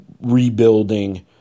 rebuilding